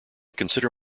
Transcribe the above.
consider